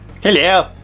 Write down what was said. Hello